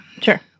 Sure